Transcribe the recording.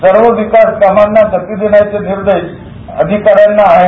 सर्व विकास कामांना गती देण्याचे निर्देश अधिकाऱ्यांना आहे